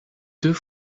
deux